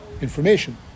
information